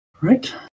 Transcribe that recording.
Right